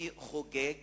הבלתי-חוקי חוגג